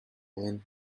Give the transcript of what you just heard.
lend